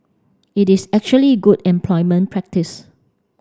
it is actually good employment practice